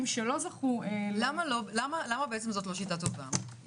למה בעצם זו לא שיטה טובה?